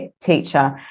teacher